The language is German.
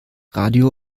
radio